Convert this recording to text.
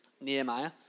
Nehemiah